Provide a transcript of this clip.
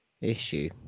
issue